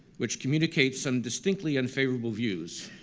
which communicates some distinctly unfavorable views